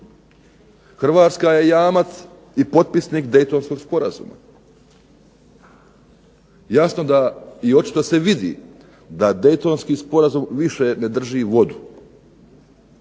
Hrvatska je jamac i potpisnik Daytonskog sporazuma. Jasno da i očito se vidi da Daytonski sporazum više ne drži vodu,